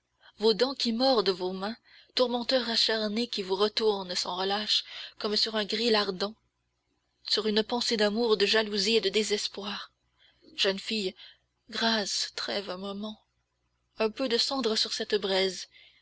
vos dents qui mordent vos mains tourmenteurs acharnés qui vous retournent sans relâche comme sur un gril ardent sur une pensée d'amour de jalousie et de désespoir jeune fille grâce trêve un moment un peu de cendre sur cette braise